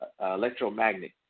electromagnet